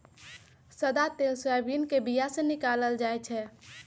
सदा तेल सोयाबीन के बीया से निकालल जाइ छै